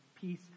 peace